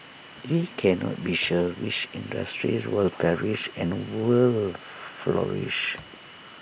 we cannot be sure which industries will perish and will flourish